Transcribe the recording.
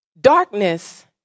Darkness